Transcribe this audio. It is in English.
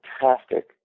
fantastic